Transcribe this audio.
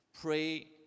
pray